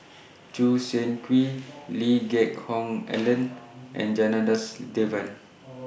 Choo Seng Quee Lee Geck Hoon Ellen and Janadas Devan